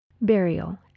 burial